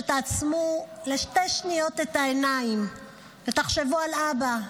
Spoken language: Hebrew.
שתעצמו לשתי שניות את העיניים ותחשבו על אבא,